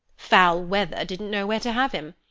foul weather didn't know where to have him.